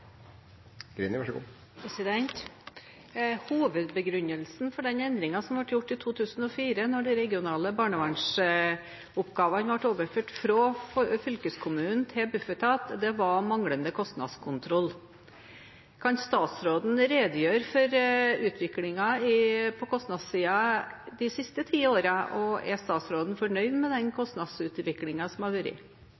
de regionale barnevernsoppgavene ble overført fra fylkeskommunen til Bufetat, var manglende kostnadskontroll. Kan statsråden redegjøre for utviklingen på kostnadssiden de siste ti årene, og er statsråden fornøyd med den